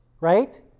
Right